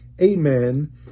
amen